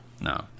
No